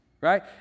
right